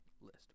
list